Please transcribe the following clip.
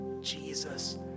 Jesus